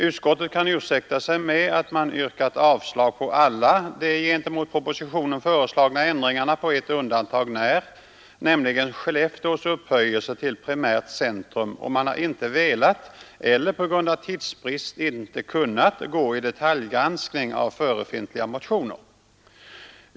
Utskottet kan ursäkta sig med att man yrkat avslag på alla de gentemot propositionen föreslagna ändringarna på ett undantag när, nämligen Skellefteås upphöjelse till primärt centrum, och man har inte velat, eller på grund av tidsbrist inte kunnat, gå i detaljgranskning av förefintliga motioner.